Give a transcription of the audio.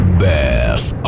best